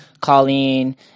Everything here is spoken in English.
Colleen